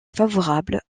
favorable